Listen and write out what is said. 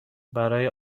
برای